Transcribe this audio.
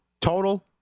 total